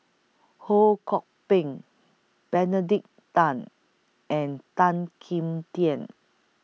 Ho Kwon Ping Benedict Tan and Tan Kim Tian